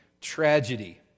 tragedy